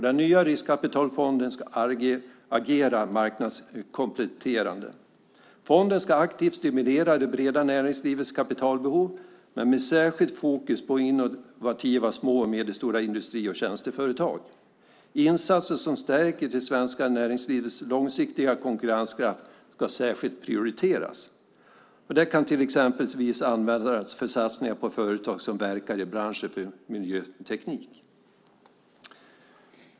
Den nya riskkapitalfonden ska agera marknadskompletterande. Fonden ska aktivt stimulera det breda näringslivets kapitalbehov med särskilt fokus på innovativa små och medelstora industri och tjänsteföretag. Insatser som stärker det svenska näringslivets långsiktiga konkurrenskraft ska särskilt prioriteras. Medel kan exempelvis användas för satsningar på företag som verkar i branscher för miljöteknik.